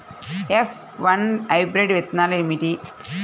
F one hybrid విత్తనాలు ఏమిటి?